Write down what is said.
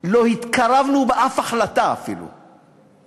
ולא התקרבנו באף החלטה, אפילו,